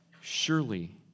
Surely